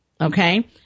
okay